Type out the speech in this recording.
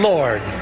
Lord